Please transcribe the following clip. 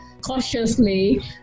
cautiously